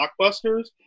blockbusters